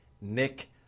Nick